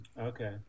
Okay